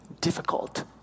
difficult